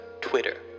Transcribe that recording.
Twitter